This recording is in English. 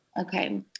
Okay